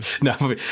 No